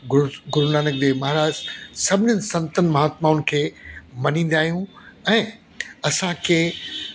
गुरूनानक देव महाराज सभिनीनि संतनि महात्माऊनि खे मञीदा आहियूं ऐं असांखे